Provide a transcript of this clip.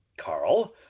carl